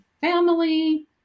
family